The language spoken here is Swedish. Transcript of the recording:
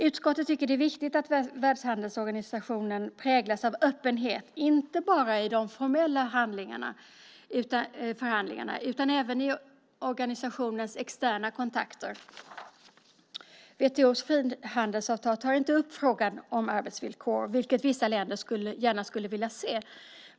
Utskottet tycker att det är viktigt att Världshandelsorganisationen präglas av öppenhet, inte bara i de formella förhandlingarna, utan även i organisationens externa kontakter. WTO:s frihandelsavtal tar inte upp frågan om arbetsvillkor, vilket vissa länder gärna skulle vilja se.